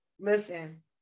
Listen